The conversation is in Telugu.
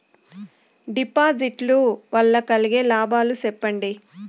డిపాజిట్లు లు వల్ల కలిగే లాభాలు సెప్పండి?